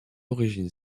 origine